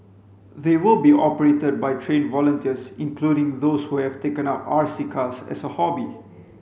they will be operated by trained volunteers including those who have taken up R C cars as a hobby